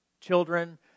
children